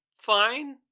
fine